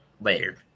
later